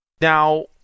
Now